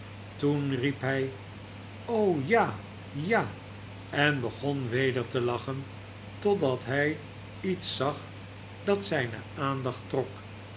toen riep hij ja ja en begon weder te lachen totdat hij iets zag dat zijne aandacht trok